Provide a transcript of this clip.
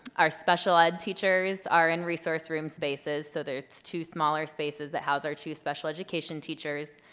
our special ed teachers are in resource room spaces so there's two smaller spaces that house our two special education teachers.